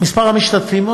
מספר המשתתפים,